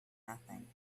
nothing